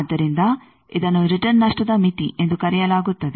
ಆದ್ದರಿಂದ ಇದನ್ನು ರಿಟರ್ನ್ ನಷ್ಟದ ಮಿತಿ ಎಂದು ಕರೆಯಲಾಗುತ್ತದೆ